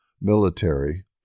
Military